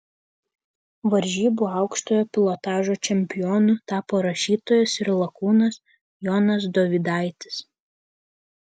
varžybų aukštojo pilotažo čempionu tapo rašytojas ir lakūnas jonas dovydaitis